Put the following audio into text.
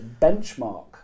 benchmark